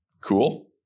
Cool